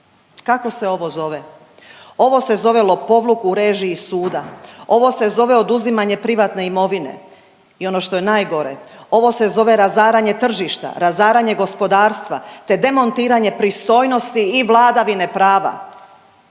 Kako se ovo zove? Ovo se zove lopovluk u režiji suda, ovo se zove oduzimanje privatne imovine i ono što je najgore ovo se zove razaranje tržišta, razaranje gospodarstva te demontiranje pristojnosti i vladavine prava.